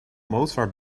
mozart